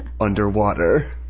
underwater